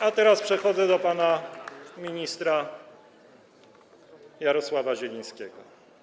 A teraz przechodzę do pana ministra Jarosława Zielińskiego.